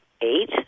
eight